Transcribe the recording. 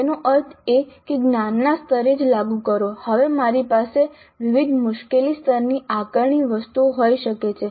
તેનો અર્થ એ કે જ્ઞાનના સ્તરે જ લાગુ કરો હવે મારી પાસે વિવિધ મુશ્કેલી સ્તરની આકારણી વસ્તુઓ હોઈ શકે છે